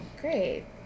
great